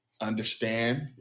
understand